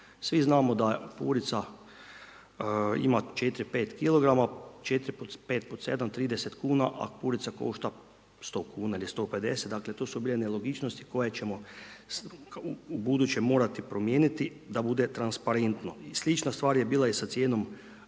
Svi znamo da je purica ima 4, 5 kilograma. 4 puta 5 puta 7, 30 kuna, a purica košta 100 kuna ili 150. Dakle, to su bile nelogičnosti koje ćemo ubuduće morati promijeniti da bude transparentno. I slična stvar je bila i sa cijenom